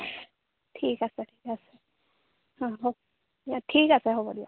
ঠিক আছে ঠিক আছে হ'ব দিয়া ঠিক আছে হ'ব দিয়ক